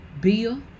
bill